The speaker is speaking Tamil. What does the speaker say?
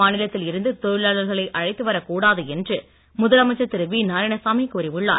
மாநிலத்தில் இருந்து தொழிலாளர்களை அழைத்து வரக் கூடாது என்று முதலமைச்சர் திரு வி நாராயணசாமி கூறி உள்ளார்